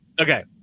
Okay